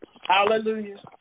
Hallelujah